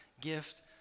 gift